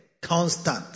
constant